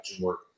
work